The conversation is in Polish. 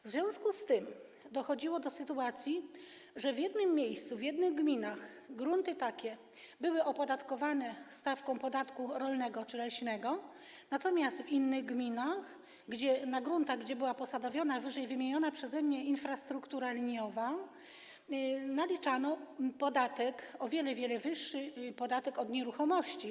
W związku tym dochodziło do sytuacji, że w jednym miejscu, w jednych gminach grunty takie były opodatkowane stawką podatku rolnego czy leśnego, natomiast w innych gminach na gruntach, gdzie była posadowiona wyżej wymieniona przeze mnie infrastruktura liniowa, naliczano podatek o wiele, wiele wyższy, podatek od nieruchomości.